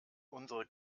unsere